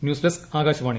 news desk Akashvani